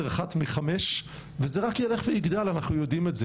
אחת מחמש וזה רק ילך ויגדל אנחנו יודעים את זה